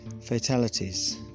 fatalities